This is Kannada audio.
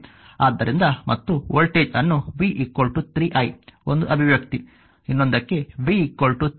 ಆದ್ದರಿಂದ ಮತ್ತು ವೋಲ್ಟೇಜ್ ಅನ್ನು v 3i ಒಂದು ಅಭಿವ್ಯಕ್ತಿ ಇನ್ನೊಂದಕ್ಕೆ v 3 di dt ನೀಡಲಾಗುತ್ತದೆ